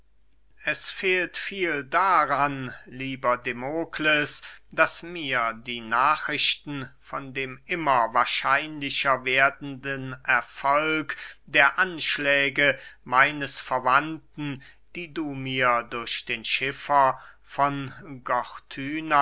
es fehlt viel daran lieber demokles daß mir die nachrichten von dem immer wahrscheinlicher werdenden erfolg der anschläge meines verwandten die du mir durch den schiffer von